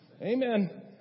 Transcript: Amen